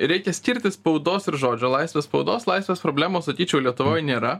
reikia skirti spaudos ir žodžio laisvę spaudos laisvės problemos sakyčiau lietuvoj nėra